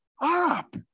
up